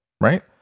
Right